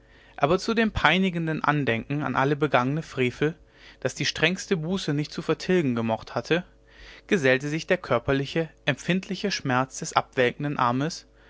aber zu dem peinigenden andenken an alle begangene frevel das die strengste buße nicht zu vertilgen vermocht hatte gesellte sich der körperliche empfindliche schmerz des abwelkenden armes